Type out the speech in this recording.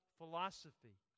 philosophy